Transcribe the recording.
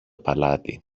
παλάτι